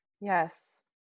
Yes